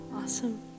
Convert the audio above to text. Awesome